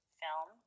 film